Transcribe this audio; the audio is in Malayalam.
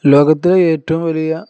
ലോകത്തിലെ ഏറ്റവും വലിയ